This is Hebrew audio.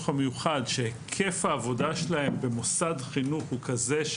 המיוחד שהיקף העבודה שלהם במוסד חינוך הוא כזה,